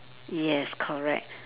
yes correct